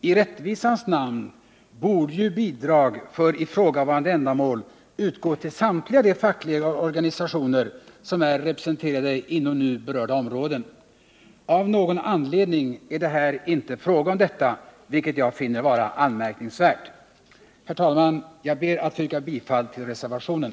I rättvisans namn borde ju bidrag för detta ändamål utgå till samtliga fackliga organisationer, som är representerade inom nu berörda områden. Av någon anledning är det här inte fråga om detta, vilket jag finner vara anmärkningsvärt. Herr talman! Jag ber att få yrka bifall till reservationen.